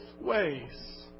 ways